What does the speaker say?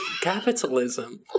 capitalism